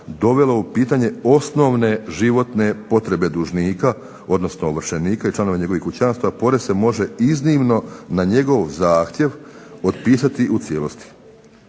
dovelo u pitanje osnovne životne potrebe dužnika, odnosno ovršenika i članova njegovog kućanstava porez se može iznimno na njegov zahtjev otpisati u cijelosti.